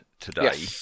today